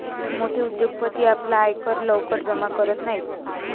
मोठे उद्योगपती आपला आयकर लवकर जमा करत नाहीत